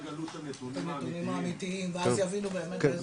הנתונים האמיתיים ואז יבינו באמת מה קורה כאן.